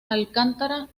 alcántara